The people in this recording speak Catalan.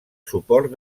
suport